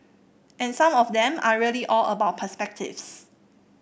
and some of them are really all about perspectives